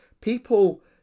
people